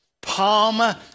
Palm